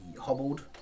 hobbled